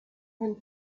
and